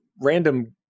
random